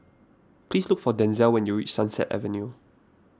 please look for Denzell when you reach Sunset Avenue